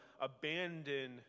abandon